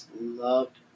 loved